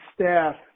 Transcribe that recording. staff –